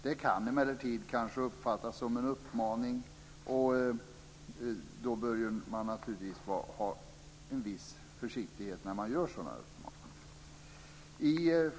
Det kan emellertid kanske uppfattas som en uppmaning. Därför bör man naturligtvis iaktta en viss försiktighet med att göra sådana uppmaningar.